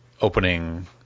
opening